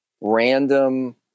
random